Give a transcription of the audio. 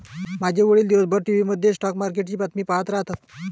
माझे वडील दिवसभर टीव्ही मध्ये स्टॉक मार्केटची बातमी पाहत राहतात